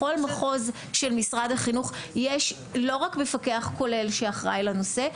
בכל מחוז של משרד החינוך יש לא רק מפקח כולל שאחראי לנושא,